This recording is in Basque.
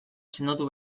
sendotu